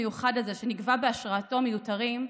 המיוחד הזה שנקבע בהשראתו מיותרים,